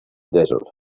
desert